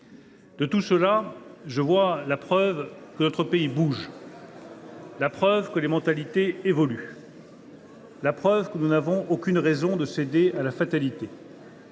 En tout cela, je vois la preuve que notre pays bouge, que les mentalités évoluent et que nous n’avons aucune raison de céder à la fatalité.